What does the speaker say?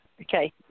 Okay